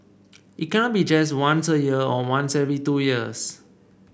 it can't be just once a year or once every two years